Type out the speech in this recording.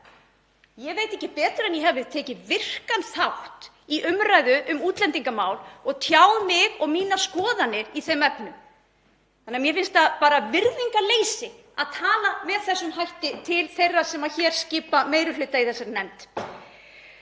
ég veit ekki betur en að ég hafi tekið virkan þátt í umræðu um útlendingamál og tjáð mig og mínar skoðanir í þeim efnum. Mér finnst það því bara virðingarleysi að tala með þessum hætti til þeirra sem skipa meiri hluta í þessari nefnd.